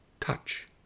touch